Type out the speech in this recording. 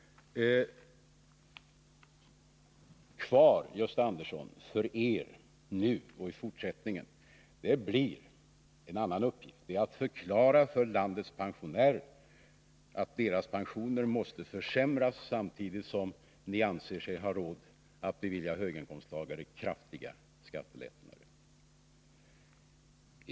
Kvar för er nu och i fortsättningen, Gösta Andersson, är en annan uppgift, nämligen att förklara för landets pensionärer att deras pensioner måste försämras samtidigt som ni anser er ha råd att bevilja höginkomsttagare kraftiga skattelättnader.